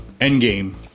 Endgame